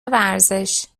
ورزش